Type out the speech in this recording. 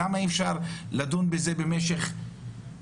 למה אי אפשר לדון בזה במשך חודשים?